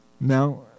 now